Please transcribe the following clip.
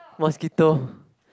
mosquitoes